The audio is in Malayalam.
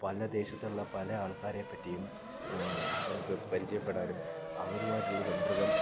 പല ദേശത്ത് ഉള്ള പല ആൾക്കാരെപ്പറ്റിയും നമുക്ക് പരിചയപ്പെടാനും അവരുമായിട്ട് ഉള്ള സമ്പർക്കം